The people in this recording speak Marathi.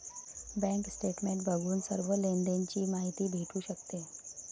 बँक स्टेटमेंट बघून सर्व लेनदेण ची माहिती भेटू शकते